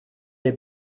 les